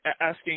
asking